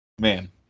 Man